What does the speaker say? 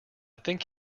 think